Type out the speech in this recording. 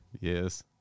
Yes